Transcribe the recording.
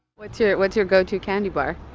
what's your what's your go-to candy bar?